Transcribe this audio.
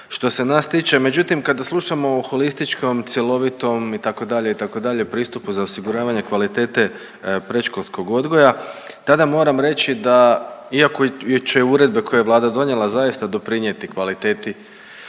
što se nas tiče, međutim, kad slušamo o holističkom, cjelovitom, itd., itd. pristupu za osiguravanje kvalitete predškolskog odgoja, tada moram reći da iako će uredbe koje je Vlada donijela zaista doprinijeti kvaliteti